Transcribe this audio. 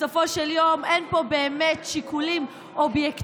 בסופו של יום אין פה באמת שיקולים אובייקטיביים